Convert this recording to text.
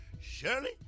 Shirley